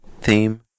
theme